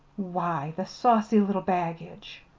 why, the saucy little baggage!